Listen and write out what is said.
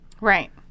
Right